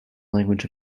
language